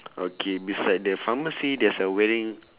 okay beside the pharmacy there's a wedding